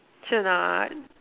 sure or not